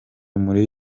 muri